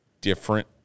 different